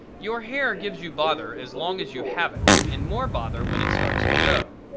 your hair gives you bother as long as you have it and more bother when it starts to go.